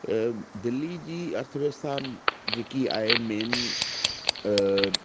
दिल्ली जी अर्थव्यवस्था जेकी आहे मेन